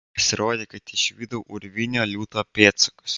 pasirodė kad išvydau urvinio liūto pėdsakus